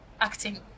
acting